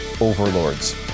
overlords